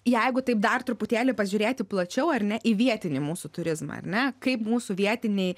jeigu taip dar truputėlį pažiūrėti plačiau ar ne į vietinį mūsų turizmą ar ne kaip mūsų vietiniai